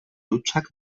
hutsak